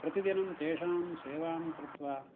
प्रतिदिनं तेषां सेवां कृत्वा